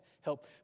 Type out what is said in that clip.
help